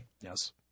Yes